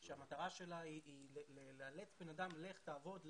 שהמטרה שלה היא לאלץ בן אדם ללכת לעבוד,